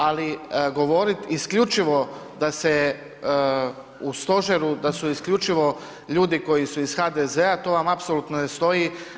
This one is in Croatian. Ali govorit isključivo da se u stožeru, da su isključivo ljudi koji su iz HDZ-a to vam apsolutno ne stoji.